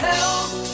Help